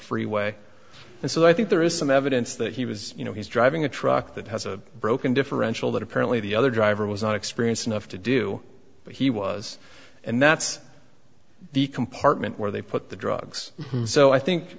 freeway and so i think there is some evidence that he was you know he's driving a truck that has a broken differential that apparently the other driver was not experienced enough to do but he was and that's the compartment where they put the drugs so i think